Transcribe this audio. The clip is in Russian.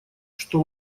что